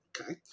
Okay